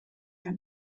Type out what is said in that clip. gara